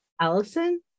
Allison